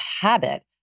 habit